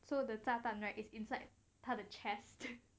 so the 炸弹 right is inside 他的 chest